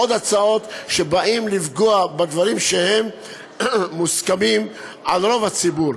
עוד הצעות שבאות לפגוע בדברים שמוסכמים על רוב הציבור.